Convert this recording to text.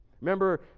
Remember